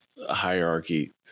hierarchy